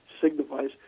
signifies